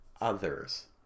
others